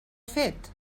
fet